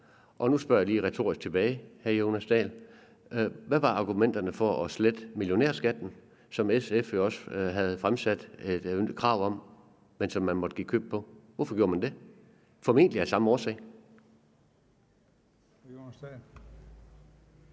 Og nu spørger jeg lige hr. Jonas Dahl retorisk tilbage: Hvad var argumenterne for at slette millionærskatten, som SF jo også havde fremsat et krav om, men som man måtte give køb på? Hvorfor gjorde man det? Formentlig af samme årsag.